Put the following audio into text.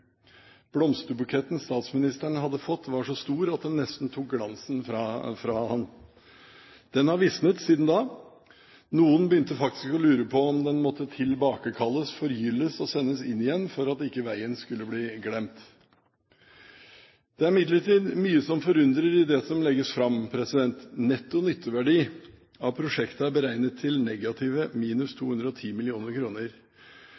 Blomsterbuketten statsministeren hadde fått, var så stor at den nesten tok glansen fra ham. Den har visnet siden da. Noen begynte faktisk å lure på om den måtte tilbakekalles, forgylles og sendes inn igjen for at ikke veien skulle bli glemt. Det er imidlertid mye som forundrer i det som legges fram. Netto nytteverdi av prosjektet er beregnet til negative